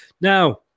Now